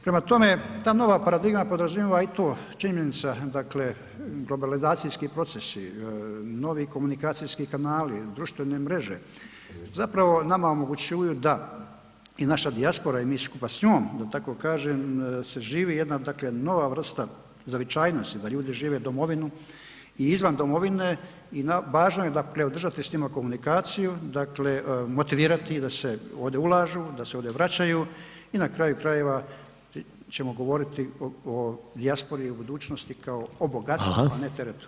Prema tome ta nova paradigma podrazumijeva i to činjenica dakle, globalizacijski procesi, novi komunikacijski kanali, društvene mreže zapravo nama omogućuju da i naša dijaspora i mi skupa s njom da tako kažem se živi jedna dakle nova vrsta zavičajnosti da ljudi žive domovinu i izvan domovine i važno je dakle s njima održati komunikaciju dakle motivirati ih da se ovdje ulažu, da se ovdje vraćaju i na kraju krajeva ćemo govoriti o dijaspori u budućnosti kao o bogatstvu [[Upadica: Hvala]] a ne teretu.